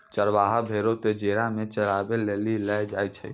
चरबाहा भेड़ो क जेरा मे चराबै लेली लै जाय छै